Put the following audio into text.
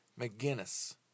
McGinnis